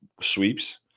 sweeps